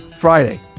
Friday